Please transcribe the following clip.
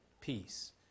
peace